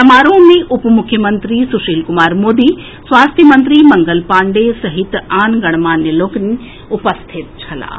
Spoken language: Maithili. समारोह मे उप मुख्यमंत्री सुशील कुमार मोदी स्वास्थ्य मंत्री मंगल पांडेय सहित आन गणमान्य लोकनि उपस्थित छलाह